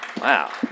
Wow